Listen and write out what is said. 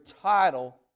title